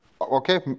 Okay